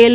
L